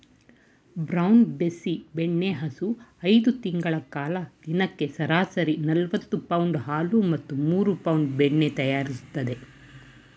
brown Bessie ಬೆಣ್ಣೆಹಸು ಐದು ತಿಂಗಳ ಕಾಲ ದಿನಕ್ಕೆ ಸರಾಸರಿ ನಲವತ್ತು ಪೌಂಡ್ ಹಾಲು ಮತ್ತು ಮೂರು ಪೌಂಡ್ ಬೆಣ್ಣೆ ತಯಾರಿಸ್ತದೆ